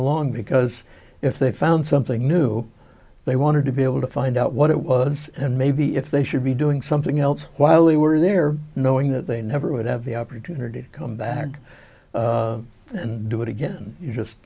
along because if they found something new they wanted to be able to find out what it was and maybe if they should be doing something else while we were there knowing that they never would have the opportunity to come back and do it again you just